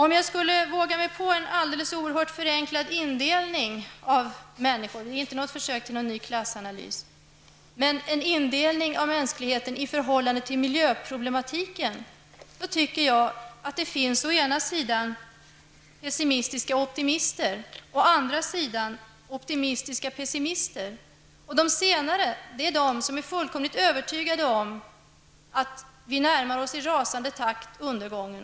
Om jag skulle våga mig på att göra en alldeles oerhört förenklad indelning av människorna -- det är då inte fråga om ett försök att göra en ny klassanalys -- i förhållande till miljöproblematiken, måste jag säga att jag tycker mig finna å ena sidan pessimistiska optimister och å andra sidan optimiska pessimister. De senare är fullkomligt övertygade om att vi i rasande takt närmar oss undergången.